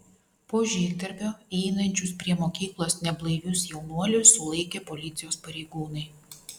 po žygdarbio einančius prie mokyklos neblaivius jaunuolius sulaikė policijos pareigūnai